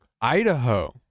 Idaho